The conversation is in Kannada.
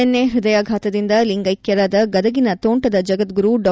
ನಿನ್ನೆ ಹೃದಯಾಘಾತದಿಂದ ಲಿಂಗೈಕ್ಷರಾದ ಗದಗಿನ ತೋಂಟದ ಜಗದ್ಗರು ಡಾ